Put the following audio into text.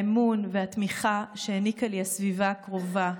האמון והתמיכה שהעניקה לי הסביבה הקרובה: